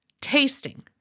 tasting